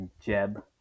Jeb